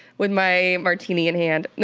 with my martini in hand,